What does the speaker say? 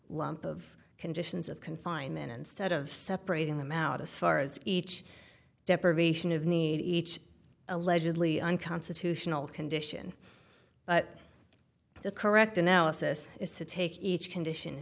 lump of conditions of confinement instead of separating them out as far as each deprivation of need each allegedly unconstitutional condition but the correct analysis is to take each condition and